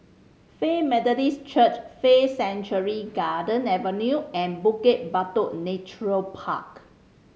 Faith Methodist Church Faith Sanctuary Garden Avenue and Bukit Batok Nature Park